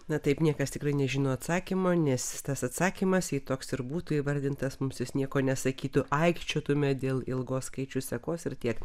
na taip niekas tikrai nežino atsakymo nes jis tas atsakymas jei toks ir būtų įvardintas mums jis nieko nesakytų aikčiotume dėl ilgos skaičių sekos ir tiek